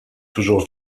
toujours